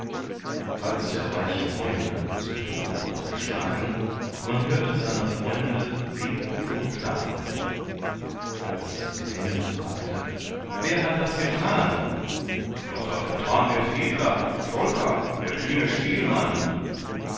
als der reiche heune zu tode war geschlagen man hörte seiner freunde wehruf und klagen als das gesinde fragte wer hat das getan das hat getan der fiedler volker der kühne spielmann